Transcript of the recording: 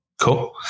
Cool